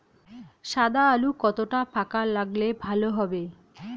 সাদা আলু কতটা ফাকা লাগলে ভালো হবে?